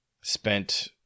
spent